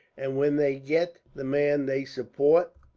and when they get the man they support